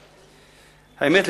האמת,